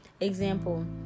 example